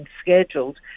scheduled